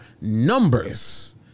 numbers